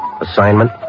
Assignment